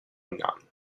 none